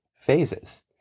phases